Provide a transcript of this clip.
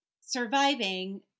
surviving